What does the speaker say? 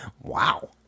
Wow